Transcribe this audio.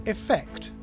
Effect